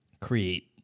create